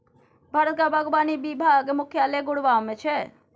भारतक बागवानी विभाग मुख्यालय गुड़गॉव मे छै